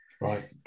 Right